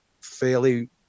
fairly